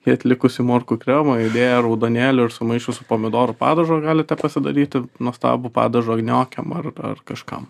net likusį morkų kremą įdėję raudonėlį ir sumaišius su pomidorų padažu galite pasidaryti nuostabų padažą gniokiam ar ar kažkam